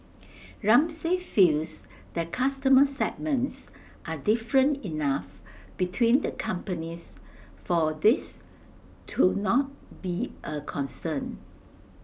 Ramsay feels that customer segments are different enough between the companies for this to not be A concern